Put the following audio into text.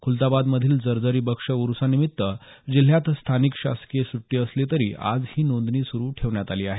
खुलताबादमधील जरजरी बक्ष उरूसा निमित्त जिल्ह्यात स्थानिक शासकीय सुट्टी असली तरी आज ही नोंदणी सुरू ठेवण्यात आली आहे